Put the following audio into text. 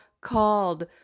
called